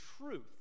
truth